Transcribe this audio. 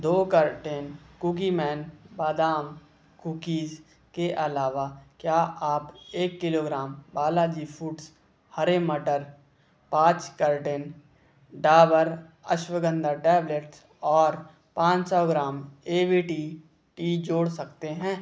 दो carton Cookieman बादाम cookies के अलावा क्या आप एक किलोग्राम बालाजी फ़ूड्स हरे मटर पाँच कर्टेन डाबर अश्वगंधा टैबलेट्स और पाँच सौ gram A V T T जोड़ सकते हैं